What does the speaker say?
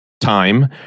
time